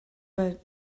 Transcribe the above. but